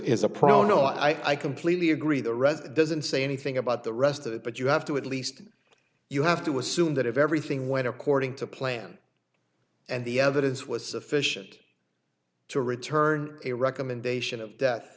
is a problem no i completely agree the rest doesn't say anything about the rest of it but you have to at least you have to assume that if everything went according to plan and the evidence was sufficient to return a recommendation of